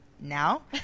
Now